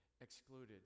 excluded